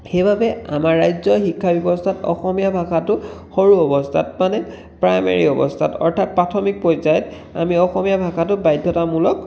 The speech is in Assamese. সেইবাবে আমাৰ ৰাজ্যৰ শিক্ষা ব্যৱস্থাত অসমীয়া ভাষাটো সৰু অৱস্থাত মানে প্ৰাইমেৰি অৱস্থাত অৰ্থাৎ প্ৰাথমিক পৰ্যায়ত আমি অসমীয়া ভাষাটো বাধ্যতামূলক